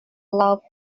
loved